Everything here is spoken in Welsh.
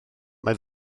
mae